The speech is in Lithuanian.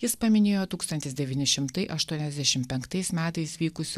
jis paminėjo tūkstantis devyni šimtai aštuoniasdešim penktais metais vykusį